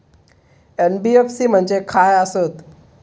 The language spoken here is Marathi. एन.बी.एफ.सी म्हणजे खाय आसत?